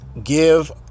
Give